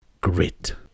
Grit